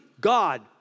God